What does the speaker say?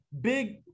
big